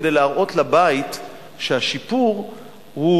כדי להראות לבית שהשיפור הוא